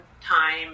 time